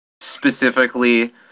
specifically